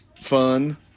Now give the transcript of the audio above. fun